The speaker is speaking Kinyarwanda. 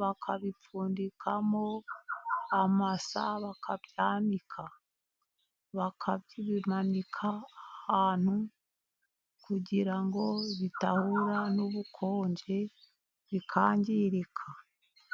bakabipfundikamo amasa, bakabyanika bakabimanika ahantu, kugira ngo bidahura n'ubukonje, bikangirika.